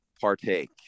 partake